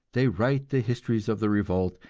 they write the histories of the revolt,